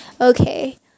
Okay